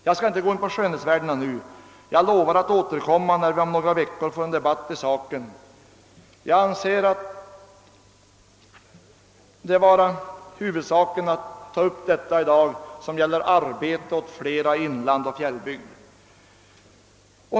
Jag skall inte gå in på skönhetsvärdena — jag lovar att återkomma, när vi om några veckor får debatt i saken i annat sammanhang. Jag anser det vara huvudsaken nu att ta upp spörsmålet om arbete åt flera i inland och fjällbygd.